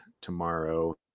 tomorrow